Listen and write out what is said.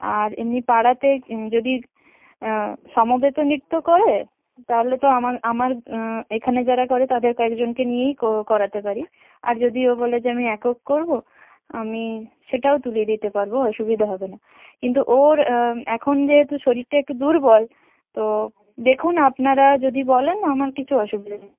আর এমনি পাড়াতে যদি সমবেত নৃত্য করে তাহলে তো আমার আমার এখানে যারা করে তাদের কয়েকজনকে নিয়েই করাতে পারি আর যদি ও বলে যে আমি একক করব আমি সেটাও তুলিয়ে দিতে পারব অসুবিধা হবে না কিন্তু ওর এখন যেহেতু শরীরটা একটু দুর্বল তো দেখুন আপনারা যদি বলেন আমার কিছু অসুবিধা নেই